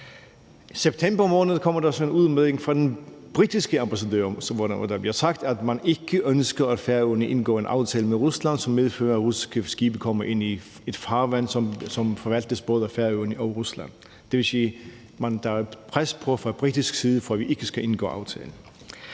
I september måned kommer der så en udmelding fra den britiske ambassadør, hvor der bliver sagt, at man ikke ønsker, at Færøerne indgår en aftale med Rusland, som medfører, at russiske skibe kommer ind i et farvand, som forvaltes af både Færøerne og Rusland. Det vil sige, at der er et pres fra britisk side for, at vi ikke skal indgå aftale.